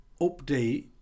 update